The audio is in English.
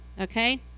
okay